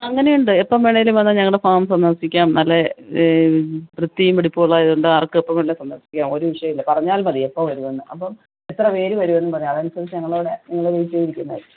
അങ്ങനെയുണ്ട് എപ്പം വേണമെങ്കിലും വന്നാൽ ഞങ്ങളുടെ ഫാം സന്ദർശിക്കാം നല്ല വൃത്തിയും വെടിപ്പുമുള്ളത് കൊണ്ട് ആർക്കും എപ്പം വേണമെങ്കിലും സന്ദർശിക്കാം ഒരു വിഷയവുമില്ല പറഞ്ഞാൽ മതി എപ്പോൾ വരുമെന്ന് അപ്പം എത്ര പേര് വരുമെന്ന് പറഞ്ഞാൽ അതനുസരിച്ച് ഞങ്ങൾ അവിടെ നിങ്ങളെ വയിറ്റ് ചെയ്തിരിക്കുന്നതായിരിക്കും